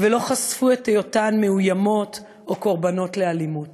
ולא חשפו את היותן מאוימות או קורבנות לאלימות.